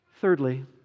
Thirdly